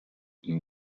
ihm